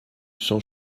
sans